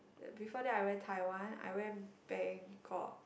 uh before that I went Taiwan I went Bangkok